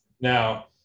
Now